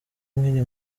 nkiri